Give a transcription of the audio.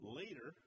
later